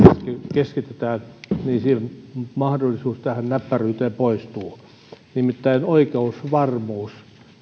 keskitetään niin mahdollisuus tähän näppäryyteen poistuu nimittäin oikeusvarmuus